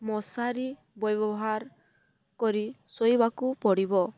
ମଶାରୀ ବ୍ୟବହାର କରି ଶୋଇବାକୁ ପଡ଼ିବ